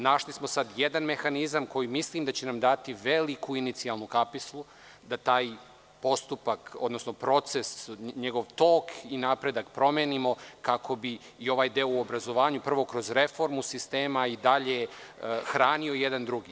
Našli smo sad jedan mehanizam za koji mislim da će nam dati veliku inicijalnu kapislu da taj postupak, odnosno proces, njegov tok i napredak promenimo, kako bi i ovaj deo u obrazovanju, prvo kroz reformu sistema, i dalje hranio jedan drugi.